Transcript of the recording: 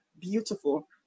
beautiful